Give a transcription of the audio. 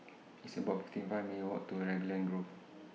It's about fifty five minutes' Walk to Raglan Grove